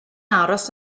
aros